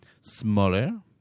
smaller